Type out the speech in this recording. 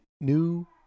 new